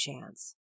chance